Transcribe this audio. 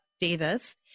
Davis